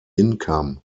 income